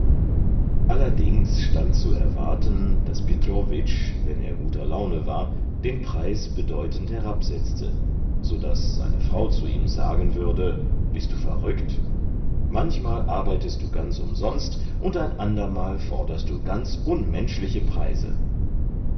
allerdings stand zu erwarten daß petrowitsch wenn er guter laune war den preis bedeutend herabsetzte so daß seine frau zu ihm sagen würde bist du verrückt manchmal arbeitest du ganz umsonst und ein andermal forderst du ganz unmenschliche preise